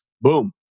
Boom